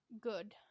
Good